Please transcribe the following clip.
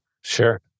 Sure